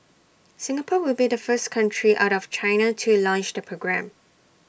Singapore will be the first country out of China to launch the programme